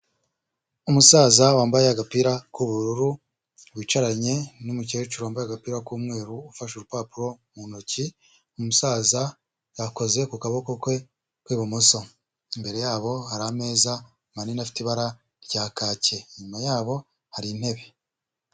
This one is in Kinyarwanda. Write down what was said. Umusaza wambaye agapira k'ubururu wicaranye n'umukecuru wambaye agapira k'umweru ufashe urupapuro mu ntoki, umusaza akoze ku kuboko kwe kw'ibumoso. Imbere yabo hari ameza manini afite ibara rya kacye, inyuma yabo hari intebe.